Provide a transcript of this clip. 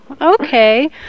okay